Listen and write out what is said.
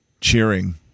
Cheering